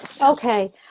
Okay